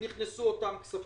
נכנסו אותם כספים.